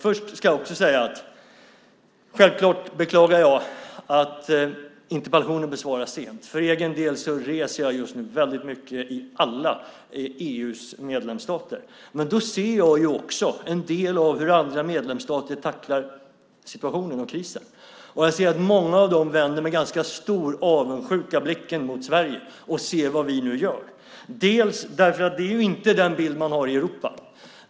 Jag ska också säga att jag självklart beklagar att interpellationerna besvaras sent. För egen del reser jag just nu väldigt mycket i alla EU:s medlemsstater. Men då ser jag också en del av hur andra medlemsstater tacklar situationen och krisen. Och jag ser att många av dem med ganska stor avundsjuka vänder blicken mot Sverige och ser vad vi nu gör. Det här är nämligen inte den bild man har i Europa.